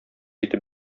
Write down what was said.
итеп